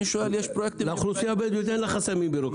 אני שואל: יש פרויקטים --- לאוכלוסייה הבדואית אין חסמים בירוקרטיים.